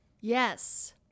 Yes